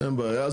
אין בעיה.